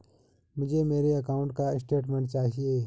मुझे मेरे अकाउंट का स्टेटमेंट चाहिए?